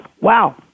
Wow